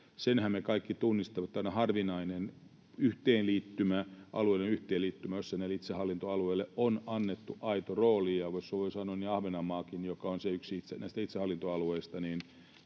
Senhän me kaikki tunnistamme, että tämä on harvinainen alueellinen yhteenliittymä, jossa itsehallintoalueille on annettu aito rooli, ja jos voi sanoa, niin Ahvenanmaakin, joka on yksi näistä itsehallintoalueista,